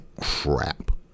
crap